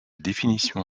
définition